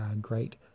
great